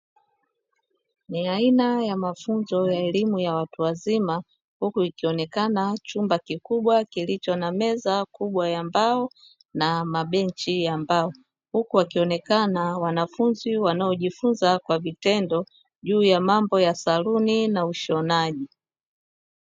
Ni aina ya mafunzo ya elimu ya watu wazima, huku ikionekana chumba kikubwa kilicho na meza kubwa ya mbao na mabenchi ya mbao, huku wakionekana wanafunzi wanaojifunza kwa vitendo juu ya mambo ya saluni na ushonaji.